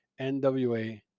NWA